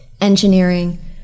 engineering